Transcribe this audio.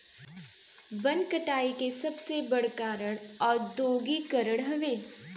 वन कटाई के सबसे बड़ कारण औद्योगीकरण हवे